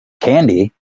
candy